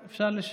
בבקשה.